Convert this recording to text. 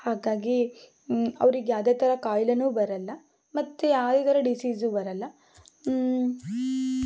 ಹಾಗಾಗಿ ಅವರಿಗೆ ಯಾವುದೇ ಥರ ಕಾಯಿಲೆನೂ ಬರಲ್ಲ ಮತ್ತು ಯಾರಿಗಾರ ಡಿಸೀಸು ಬರಲ್ಲ